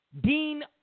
Dean